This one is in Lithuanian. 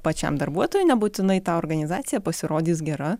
pačiam darbuotojui nebūtinai ta organizacija pasirodys gera